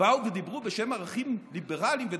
באו ודיברו בשם ערכים ליברליים ודמוקרטיים.